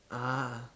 (uh huh)